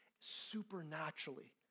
supernaturally